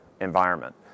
environment